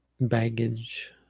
baggage